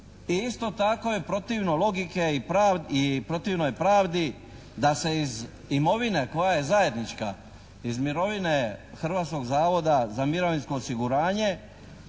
I isto tako je protivno logike i protivno je pravdi da se iz imovine koja je zajednička, iz mirovine Hrvatskog zavoda za mirovinsko osiguranje